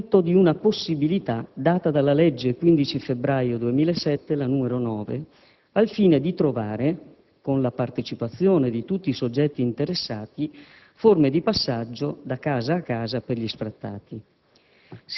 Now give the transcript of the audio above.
è frutto di una possibilità data dalla legge 15 febbraio 2007, n. 9, al fine di trovare, con la partecipazione di tutti i soggetti interessati, forme di passaggio da casa a casa per gli sfrattati.